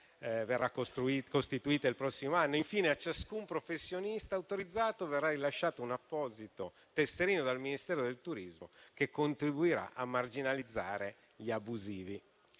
verrà costituita il prossimo anno. Infine, a ciascun professionista autorizzato verrà rilasciato un apposito tesserino dal Ministero del turismo che contribuirà a marginalizzare gli abusivi.